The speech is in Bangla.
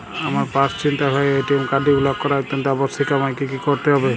আমার পার্স ছিনতাই হওয়ায় এ.টি.এম কার্ডটি ব্লক করা অত্যন্ত আবশ্যিক আমায় কী কী করতে হবে?